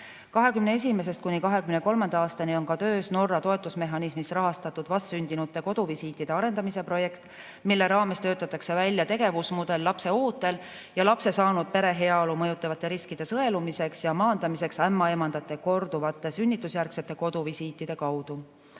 2021.–2023. aastani on töös ka Norra toetusmehhanismi rahastatud vastsündinute [juurde tehtavate] koduvisiitide arendamise projekt, mille raames töötatakse välja tegevusmudel lapseootel ja lapse saanud pere heaolu mõjutavate riskide sõelumiseks ja maandamiseks ämmaemandate korduvate sünnitusjärgsete koduvisiitide kaudu